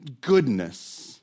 goodness